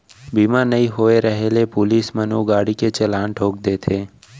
बीमा नइ होय रहें ले पुलिस मन ओ गाड़ी के चलान ठोंक देथे